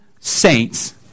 saints